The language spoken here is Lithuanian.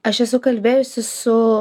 aš esu kalbėjusi su